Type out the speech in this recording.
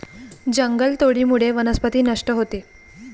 जंगलतोडीमुळे वनस्पती नष्ट होते